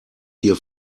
hier